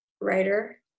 writer